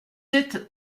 sept